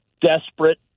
desperate